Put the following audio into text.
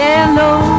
Yellow